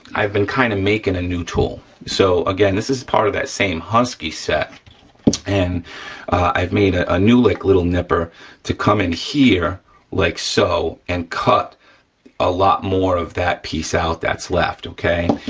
i've been kind of making a new tool. so again, this is part of that same husky set and i've made ah a new like little nipper to come in here like so and cut a lot more of that piece out that's left, okay?